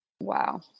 Wow